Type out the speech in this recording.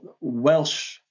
Welsh